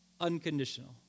unconditional